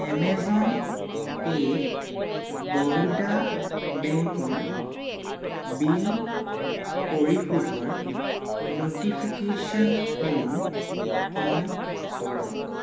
Amazon পে'ত বৰোদা বেংকৰ bill পৰিশোধৰ ন'টিফিকেশ্যনসমূহ অন কৰক